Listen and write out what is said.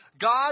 God